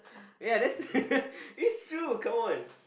ya that's true it's true come on